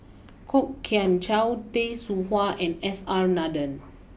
Kwok Kian Chow Tay Seow Huah and S R Nathan